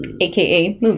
aka